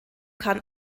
kann